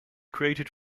created